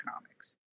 economics